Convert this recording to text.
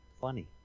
funny